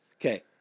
Okay